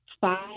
five